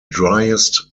driest